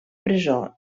presó